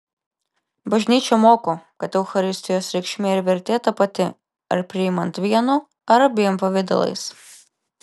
bažnyčia moko kad eucharistijos reikšmė ir vertė ta pati ar priimant vienu ar abiem pavidalais